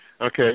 okay